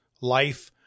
life